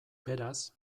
beraz